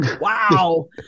wow